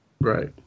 right